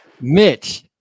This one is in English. Mitch